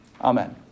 Amen